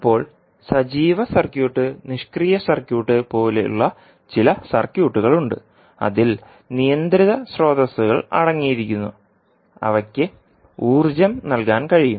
ഇപ്പോൾ സജീവ സർക്യൂട്ട് നിഷ്ക്രിയ സർക്യൂട്ട് പോലുള്ള ചില സർക്യൂട്ടുകൾ ഉണ്ട് അതിൽ നിയന്ത്രിത സ്രോതസ്സുകൾ അടങ്ങിയിരിക്കുന്നു അവയ്ക്ക് ഊർജ്ജം നൽകാൻ കഴിയും